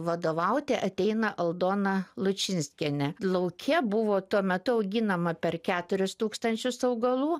vadovauti ateina aldona lučinskienė lauke buvo tuo metu auginama per keturis tūkstančius augalų